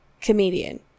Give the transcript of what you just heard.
comedian